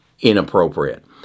inappropriate